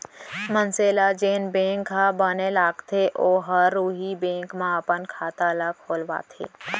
मनसे ल जेन बेंक ह बने लागथे ओहर उहीं बेंक म अपन खाता ल खोलवाथे